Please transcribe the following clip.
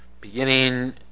beginning